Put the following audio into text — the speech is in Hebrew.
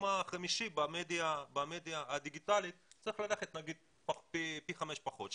החמישי במדיה הדיגיטלית צריך ללכת נגיד פי חמישה פחות,